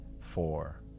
four